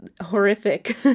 horrific